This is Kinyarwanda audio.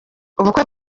ubukwe